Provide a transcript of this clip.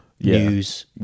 news